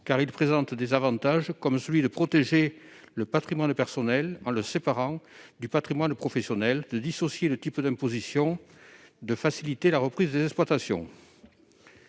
car il présente des avantages. Il protège le patrimoine personnel en le séparant du patrimoine professionnel, il permet de dissocier les types d'imposition et il facilite la reprise des exploitations.